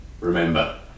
Remember